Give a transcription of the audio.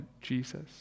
Jesus